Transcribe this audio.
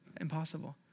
impossible